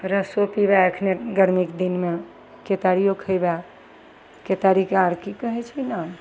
रसो पिबै एखनहि गरमीके दिनमे केतारिओ खएबै केतारीके आओर कि कहै छै नाम